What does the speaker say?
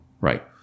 Right